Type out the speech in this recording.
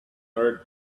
earth